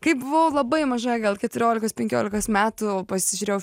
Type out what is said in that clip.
kai buvau labai maža gal keturiolikos penkiolikos metų pasižiūrėjau